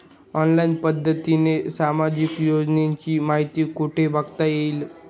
Online पद्धतीने सामाजिक योजनांची माहिती कुठे बघता येईल?